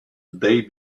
they